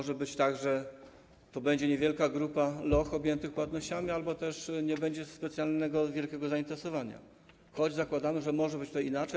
Może być tak, że to będzie niewielka grupa loch objętych płatnościami albo też nie będzie specjalnie wielkiego zainteresowania, choć zakładamy, że może być inaczej.